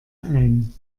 ein